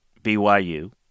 BYU